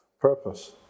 purpose